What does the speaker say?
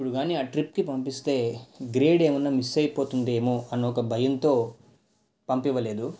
ఇప్పుడు కానీ ఆ ట్రిప్కి పంపిస్తే గ్రేడ్ ఏమైనా మిస్సయిపోతుందేమో అన్న ఒక భయంతో పంపించలేదు